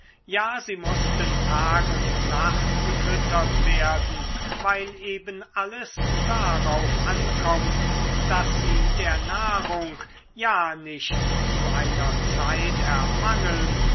ja sie mußten tag und nacht gefüttert werden weil eben alles darauf ankommt daß sie der nahrung ja nicht zu einer zeit ermangeln